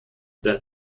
that